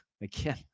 again